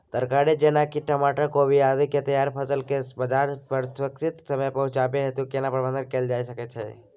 तरकारी जेना की टमाटर, कोबी आदि के तैयार फसल के बाजार तक सुरक्षित समय पहुँचाबै हेतु केना प्रबंधन कैल जा सकै छै?